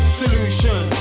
solution